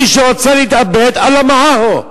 מי שרוצה להתאבד, "אללה מעהו".